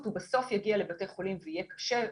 הוא בסוף יגיע לבתי חולים ויהיה קשה,